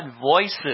voices